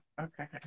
okay